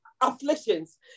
afflictions